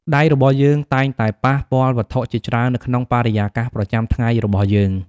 ដៃរបស់យើងតែងតែប៉ះពាល់វត្ថុជាច្រើននៅក្នុងបរិយាកាសប្រចាំថ្ងៃរបស់យើង។